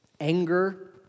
anger